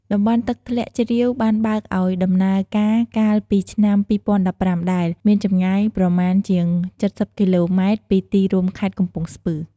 តំបន់ទឹកធ្លាក់ជ្រាវបានបើកឲ្យដំណើរការកាលពីឆ្នាំ២០១៥ ដែល មានចម្ងាយប្រមាណជាង ៧០ គីឡូម៉ែត្រពីទីរួមខេត្តកំពង់ស្ពឺ ។